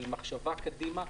המחשבה קדימה.